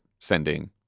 sending